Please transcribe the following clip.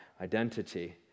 identity